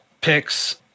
picks